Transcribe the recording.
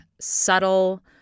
subtle